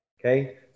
Okay